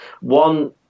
One